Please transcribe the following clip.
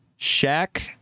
Shaq